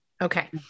Okay